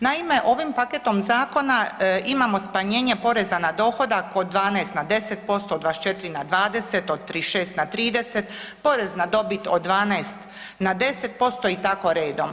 Naime, ovim paketom zakona imamo smanjenje poreza na dohodak od 12 na 10%, od 24 na 20, od 36 na 30, porez na dobit od 12 na 10% i tako redom.